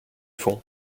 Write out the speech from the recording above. fond